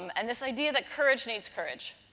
and, this idea that courage needs courage.